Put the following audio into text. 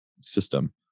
system